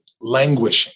languishing